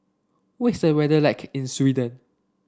what is the weather like in Sweden